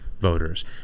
voters